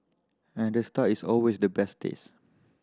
and the star is always the best taste